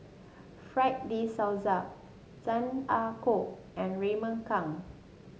Fred De Souza Chan Ah Kow and Raymond Kang